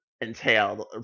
entailed